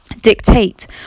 dictate